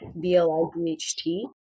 B-L-I-B-H-T